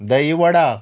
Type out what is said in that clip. दही वडा